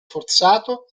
forzato